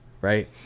Right